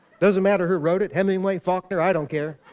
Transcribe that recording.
doesn't matter who wrote it. hemingway, faulkner, i don't care.